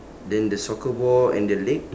then the soccer ball and the leg